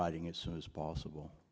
writing as soon as possible